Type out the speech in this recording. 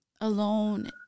alone